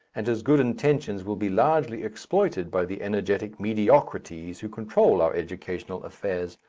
and his good intentions will be largely exploited by the energetic mediocrities who control our educational affairs.